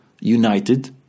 united